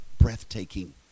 breathtaking